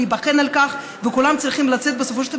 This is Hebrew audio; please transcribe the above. להיבחן על כך וכולם צריכים לצאת בסופו של יום